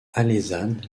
alezane